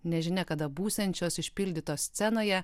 nežinia kada būsiančios išpildytos scenoje